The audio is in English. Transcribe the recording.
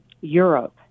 Europe